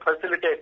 facilitate